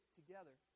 together